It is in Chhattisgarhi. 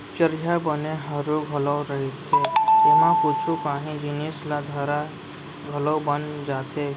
चरिहा बने हरू घलौ रहिथे, एमा कुछु कांही जिनिस ल धरत घलौ बन जाथे